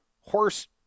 horse